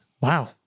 Wow